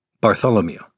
Bartholomew